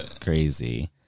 crazy